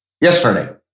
yesterday